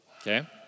Okay